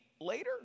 later